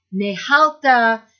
nehalta